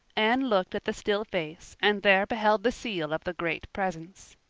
anne looked at the still face and there beheld the seal of the great presence.